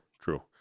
True